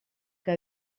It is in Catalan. que